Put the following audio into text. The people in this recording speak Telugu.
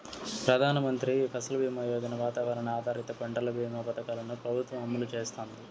ప్రధాన మంత్రి ఫసల్ బీమా యోజన, వాతావరణ ఆధారిత పంటల భీమా పథకాలను ప్రభుత్వం అమలు చేస్తాంది